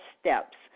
steps